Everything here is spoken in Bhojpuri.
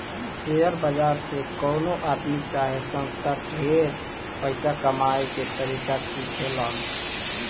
शेयर बाजार से कवनो आदमी चाहे संस्था ढेर पइसा कमाए के तरीका सिखेलन